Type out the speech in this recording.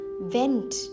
vent